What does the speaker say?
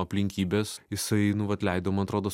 aplinkybės jisai nu vat leido man atrodos